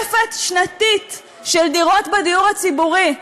תוספת שנתית של דירות בדיור הציבורי,